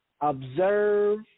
observe